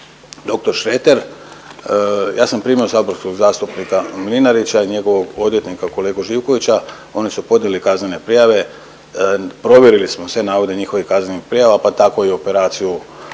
dr. Šreter, ja sam primio saborskog zastupnika Mlinarića i njegovog odvjetnika kolegu Živkovića oni su podnijeli kaznene prijave, provjerili smo sve navode njihovih kaznenih prijava, pa tako i Operaciju